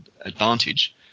advantage